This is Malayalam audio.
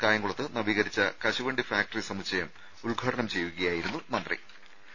കായംകുളത്ത് നവീകരിച്ച കശുവണ്ടി ഫാക്ടറി സമുച്ചയം ഉദ്ഘാടനം ചെയ്യുകയായിരുന്നു തോമസ് ഐസക്